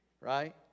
Right